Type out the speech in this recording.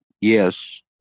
yes